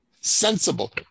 sensible